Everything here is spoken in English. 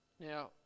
Now